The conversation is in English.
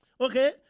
okay